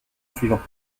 suivante